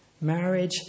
Marriage